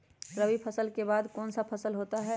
रवि फसल के बाद कौन सा फसल होता है?